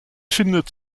findet